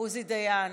עוזי דיין,